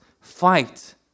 Fight